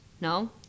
No